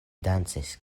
dancis